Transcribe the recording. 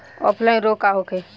Offline रोग का होखे?